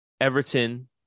everton